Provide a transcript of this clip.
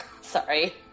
Sorry